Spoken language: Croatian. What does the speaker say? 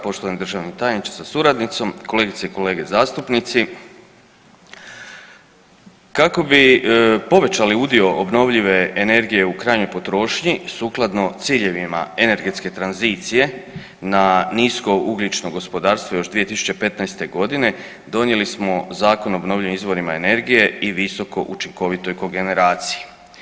Poštovani državni tajniče sa suradnicom, kolegice i kolege zastupnici, kako bi povećali udio obnovljive energije u krajnjoj potrošnji sukladno ciljevima energetske tranzicije na nisko ugljično gospodarstvo još 2015. godine donijeli smo Zakon o obnovljivim izvorima energije i visokoučinkovitoj kogeneraciji.